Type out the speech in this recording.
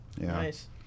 Nice